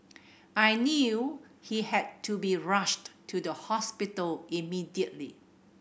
I knew he had to be rushed to the hospital immediately